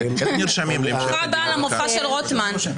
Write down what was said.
ברוכה הבאה למופע של רוטמן.